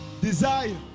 Desire